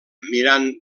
mirant